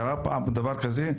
קרה פעם דבר כזה?